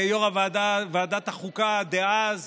ויו"ר ועדת החוקה דאז,